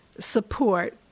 support